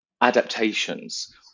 adaptations